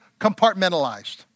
compartmentalized